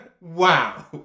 Wow